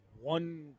one